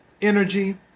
energy